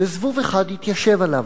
וזבוב אחד התיישב עליו.